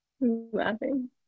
Laughing